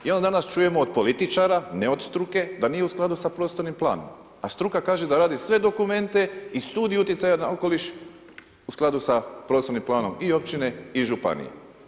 I onda danas čujemo od političara, ne od struke da nije u skladu sa prostornim planom, a struka kaže da radi sve dokumente i studij utjecaja na okoliš u skladu sa prostornim planom i općine i županije.